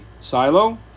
silo